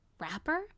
rapper